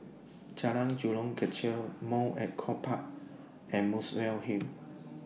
Jalan Jurong Kechil Mount Echo Park and Muswell Hill